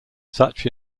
such